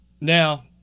now